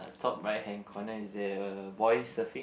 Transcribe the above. top right hand corner is there a boy surfing